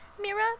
Mira